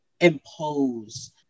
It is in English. impose